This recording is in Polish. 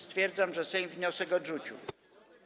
Stwierdzam, że Sejm wniosek odrzucił.